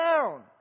down